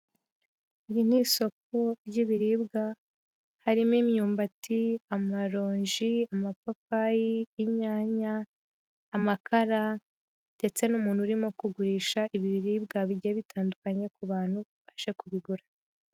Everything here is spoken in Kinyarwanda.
Iri ni isoko ry'ibiribwa harimo imyumbati, amaronji, amapapayi, inyanya, amakara ndetse n'umuntu urimo kugurisha ibiribwa bigiye bitandukanye ku bantu baje kubigura.